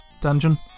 dungeon